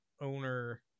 owner